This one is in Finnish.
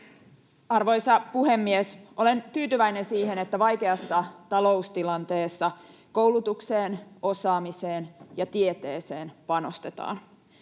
Arvoisa puhemies! Olen tyytyväinen siihen, että vaikeassa taloustilanteessa koulutukseen, osaamiseen ja tieteeseen panostetaan.